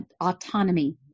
autonomy